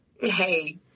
Hey